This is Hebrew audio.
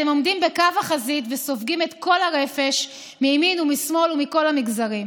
ואתם עומדים בקו החזית וסופגים את כל הרפש מימין ומשמאל ומכל המגזרים.